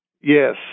Yes